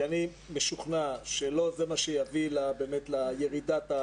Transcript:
כי אני משוכנע שלא זה מה שיביא לירידת הגרף.